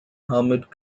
hermit